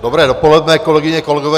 Dobré dopoledne, kolegyně, kolegové.